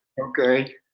Okay